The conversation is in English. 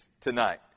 tonight